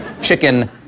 chicken